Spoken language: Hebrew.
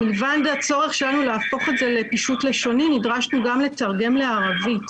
מלבד הצורך שלנו להפוך את זה לפישוט לשוני נדרשנו גם לתרגם לערבית,